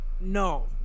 no